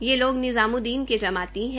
ये लोग निजामुद्दीन के जमाती हैं